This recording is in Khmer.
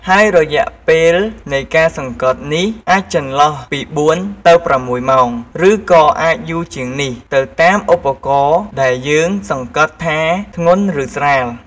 ហើយរយៈពេលនៃការសង្កត់នេះ អាចចន្លោះពី ៤ ទៅ ៦ ម៉ោង ឬក៏អាចយូរជាងនេះ ទៅតាមឧបករណ៍ដែលយើងសង្កត់ថាធ្ងន់ ឬស្រាល។